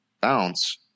bounce